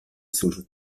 sur